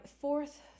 fourth